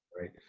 right